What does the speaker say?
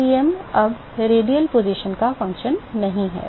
तो Tm अब radial स्थिति का फंक्शन नहीं है